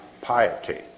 piety